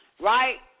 right